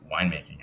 winemaking